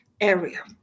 area